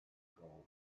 gold